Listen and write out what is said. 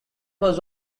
was